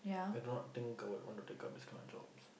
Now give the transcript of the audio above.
I do not think I would want to take up this kind of jobs